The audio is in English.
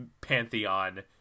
pantheon